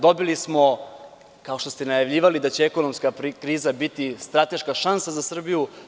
Dobili smo, kao što ste najavljivali da će ekonomska kriza biti strateška šansa za Srbiju.